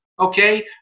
okay